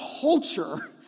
culture